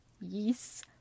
Yes